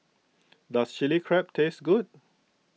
does Chili Crab taste good